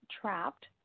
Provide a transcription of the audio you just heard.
trapped